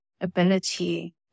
ability